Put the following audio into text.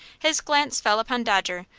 his glance fell upon dodger,